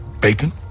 bacon